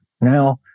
now